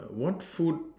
what food